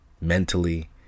mentally